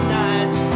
nights